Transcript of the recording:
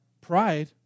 pride